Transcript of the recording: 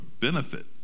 benefit